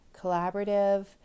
collaborative